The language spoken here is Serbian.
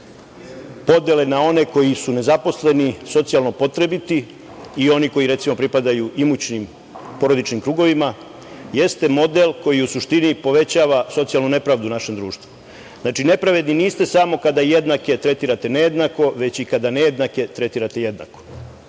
podele na one koji su nezaposleni, socijalno potrebiti i oni koji, recimo, pripadaju imućnim porodičnim krugovima, jeste model koji u suštini povećava socijalnu nepravdu u našem društvu. Znači, nepravedni niste samo kada jednake tretirate nejednako, već i kada nejednake tretirate jednako. Dakle,